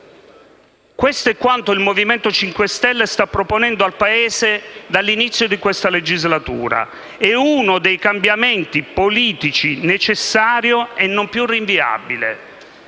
Questo è quanto il Movimento 5 Stelle sta proponendo al Paese dall'inizio di questa legislatura ed è uno dei cambiamenti politici necessari e non più rinviabili,